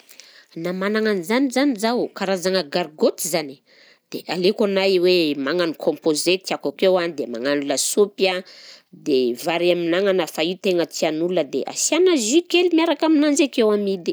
Na managna an'zany jany zaho karazana gargotte zany, dia aleoko anahy hoe magnano composé tiako akeo a, dia magnano lasopy a, dia vary amin'agnana fa io tegna tian'ny olona dia asiana jus kely miaraka aminanzy akeo amidy.